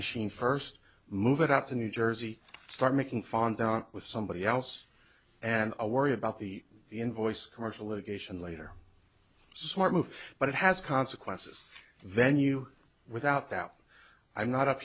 machine first move it out to new jersey start making fund down with somebody else and worry about the invoice commercialization later smart move but it has consequences venue without doubt i'm not up